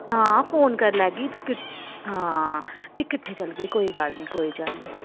हां फोन करी लैग्गी भी हांऽ भी किट्ठै चलगै कोई गल्ल निं कोई गल्ल निं